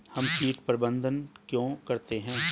हम कीट प्रबंधन क्यों करते हैं?